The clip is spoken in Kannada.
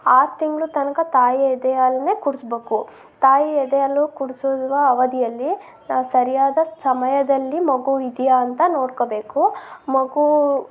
ಆರು ತಿಂಗಳು ತನಕ ತಾಯಿ ಎದೆಹಾಲನ್ನೇ ಕುಡ್ಸ್ಬೇಕು ತಾಯಿಯ ಎದೆಹಾಲು ಕುಡಿಸುವ ಅವಧಿಯಲ್ಲಿ ಸರಿಯಾದ ಸಮಯದಲ್ಲಿ ಮಗು ಇದೆಯಾ ಅಂತ ನೋಡ್ಕೋಬೇಕು ಮಗು